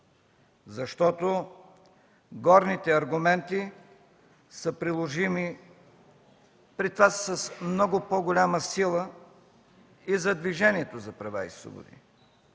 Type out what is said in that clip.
защото горните аргументи са приложими, при това са с много по-голяма сила и за Движението за права и свободи.